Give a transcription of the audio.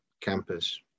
campus